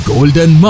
Golden